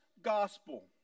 gospel